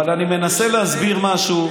אבל אני מנסה להסביר משהו,